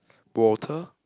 Porter